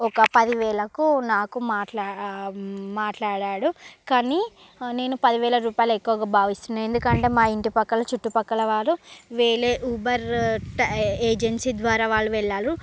ఒక పది వేలకు నాకు మాట్లా మాట్లాడాడు కానీ నేను పదివేల రూపాయలు ఎక్కువగా భావిస్తున్నాను ఎందుకంటే మా ఇంటి పక్కన చుట్టుపక్కల వారు వేలే ఊబర్ ట్యా ఏజెన్సీ ద్వారా వాళ్ళు వెళ్ళారు